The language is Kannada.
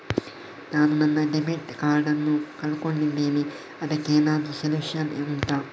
ನಾನು ನನ್ನ ಡೆಬಿಟ್ ಕಾರ್ಡ್ ನ್ನು ಕಳ್ಕೊಂಡಿದ್ದೇನೆ ಅದಕ್ಕೇನಾದ್ರೂ ಸೊಲ್ಯೂಷನ್ ಉಂಟಾ